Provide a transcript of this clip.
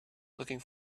looking